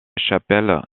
chapelle